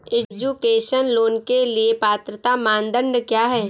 Education loan के लिए पात्रता मानदंड क्या है?